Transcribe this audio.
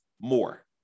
more